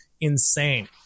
insane